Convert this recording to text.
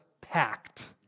packed